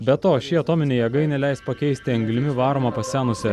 be to ši atominė jėgainė leis pakeisti anglimi varomą pasenusią